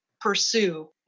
pursue